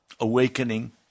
awakening